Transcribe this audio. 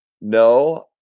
no